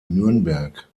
nürnberg